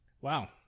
Wow